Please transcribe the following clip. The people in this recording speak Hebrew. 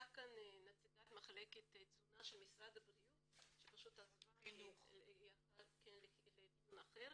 הייתה כאן נציגת מחלקת תזונה של משרד הבריאות שעזבה לדיון אחר.